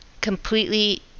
completely